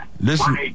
Listen